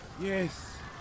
Yes